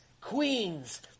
queens